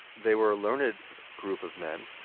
they were a learned group of men.